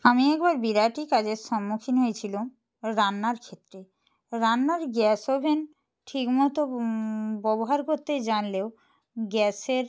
আমি একবার বিরাটই কাজের সম্মুখীন হয়েছিলুম রান্নার ক্ষেত্রে রান্নার গ্যাস ওভেন ঠিক মতো ব্যবহার করতে জানলেও গ্যাসের